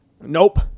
Nope